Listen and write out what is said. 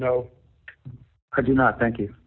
no i do not think you